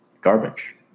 garbage